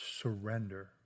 surrender